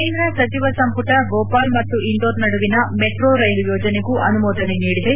ಕೇಂದ್ರ ಸಚಿವ ಸಂಪುಟ ಭೋಪಾಲ್ ಮತ್ತು ಇಂದೋರ್ ನಡುವಿನ ಮೆಟ್ರೋ ರೈಲು ಯೋಜನೆಗೂ ಅನುಮೋದನೆ ನೀಡಿದೆ